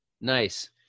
Nice